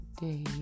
day